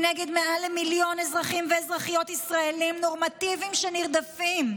היא נגד מעל למיליון אזרחים ואזרחיות ישראלים נורמטיביים שנרדפים.